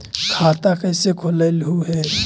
खाता कैसे खोलैलहू हे?